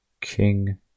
King